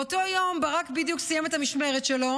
באותו יום ברק בדיוק סיים את המשמרת שלו